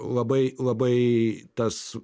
labai labai tas